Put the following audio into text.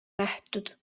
nähtud